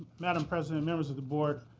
madam president, members of the board,